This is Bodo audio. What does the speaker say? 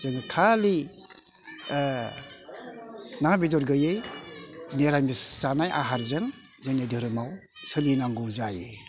जों खालि ना बेदर गैयै निरामिस जानाय आहारजों जोंनि धोरोमआव सोलिनांगौ जायो